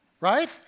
right